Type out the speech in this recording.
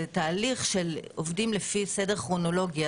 זה תהליך ועובדים לפי סדר כרונולוגי.